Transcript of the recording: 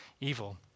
evil